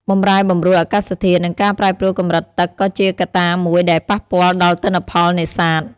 បម្រែបម្រួលអាកាសធាតុ និងការប្រែប្រួលកម្រិតទឹកក៏ជាកត្តាមួយដែលប៉ះពាល់ដល់ទិន្នផលនេសាទ។